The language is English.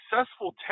successful